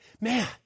Man